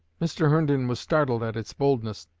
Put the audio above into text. mr. herndon was startled at its boldness.